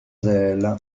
zèle